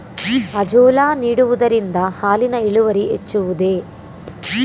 Azolla ನೀಡುವುದರಿಂದ ಹಾಲಿನ ಇಳುವರಿ ಹೆಚ್ಚುವುದೇ?